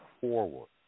forward